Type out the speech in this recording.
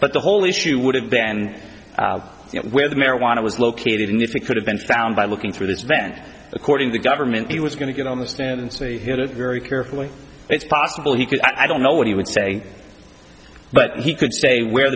but the whole issue would have been and where the marijuana was located and if we could have been found by looking through this man according to the government he was going to get on the stand and so he hid it very carefully it's possible he could i don't know what he would say but he could stay where